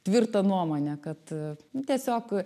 tvirtą nuomonę kad tiesiog